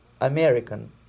American